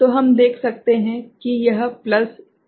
तो हम देख सकते हैं कि यह प्लस 11 भागित 4 है